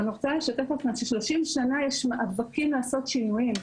ואני רוצה לשתף אתכם ש-30 שנה יש מאבקים לעשות שינויים.